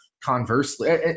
conversely